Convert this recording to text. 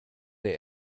der